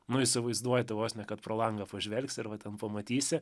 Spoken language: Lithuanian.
nu įsivaizduojate vos ne kad pro langą pažvelgsi ir va ten pamatysi